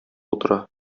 утыра